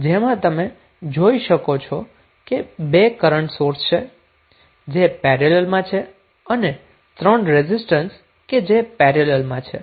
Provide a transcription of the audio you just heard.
જેમાં તમે જોઈ શકો છો કે 2 કરન્ટ સોર્સ છે જે પેરેલલમાં છે અને 3 રેઝિસ્ટન્સ કે જે પેરેલલમાં છે